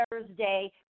Thursday